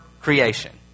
creation